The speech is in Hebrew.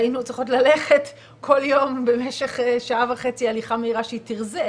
והיינו צריכות ללכת כל יום במשך שעה וחצי הליכה מהירה כדי שהיא תרזה.